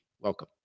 Welcome